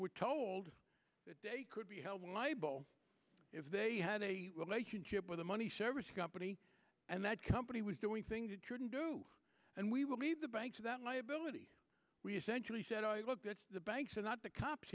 were told that they could be held liable if they had a relationship with a money service company and that company was doing things that your didn't do and we will be the banks that liability we essentially said i looked at the banks are not the cops